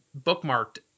bookmarked